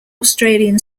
australian